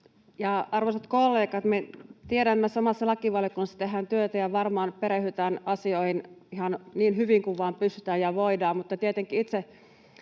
arvoisat kollegat! Me tiedämme, että samassa lakivaliokunnassa tehdään työtä ja varmaan perehdytään asioihin ihan niin hyvin kuin vain pystytään ja voidaan,